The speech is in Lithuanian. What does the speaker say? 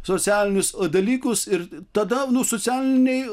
socialinius dalykus ir tada socialiniai